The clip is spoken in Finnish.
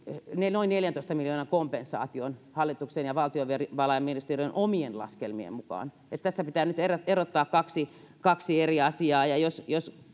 noin neljäntoista miljoonan kompensaatioon hallituksen ja valtiovarainministeriön omien laskelmien mukaan eli tässä pitää nyt erottaa erottaa kaksi kaksi eri asiaa ja jos jos